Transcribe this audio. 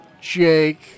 Jake